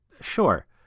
Sure